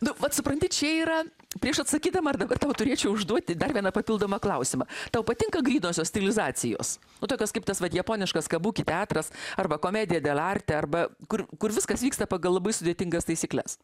nu vat supranti čia yra prieš atsakydama tau turėčiau užduoti dar vieną papildomą klausimą tau patinka grynosios stilizacijos tokios kaip tas vat japoniškas kabuki teatras arba komedija delarte arba kur kur viskas vyksta pagal labai sudėtingas taisykles